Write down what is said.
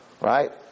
Right